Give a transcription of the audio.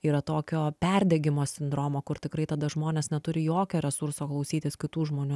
yra tokio perdegimo sindromo kur tikrai tada žmonės neturi jokio resurso klausytis kitų žmonių